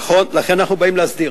נכון, לכן אנחנו באים להסדיר.